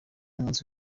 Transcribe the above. umunsi